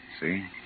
See